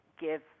give